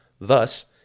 Thus